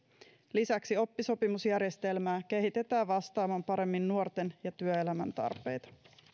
lisäksi oppisopimusjärjestelmää kehitetään vastaamaan paremmin nuorten ja työelämän tarpeita